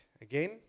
again